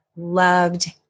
loved